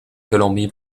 colombie